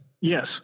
Yes